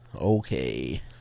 Okay